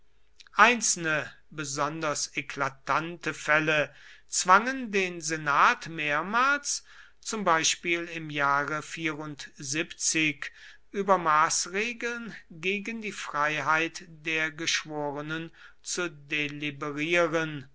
einzelne besonders eklatante fälle zwangen den senat mehrmals zum beispiel im jahre über maßregeln gegen die freiheit der geschworenen zu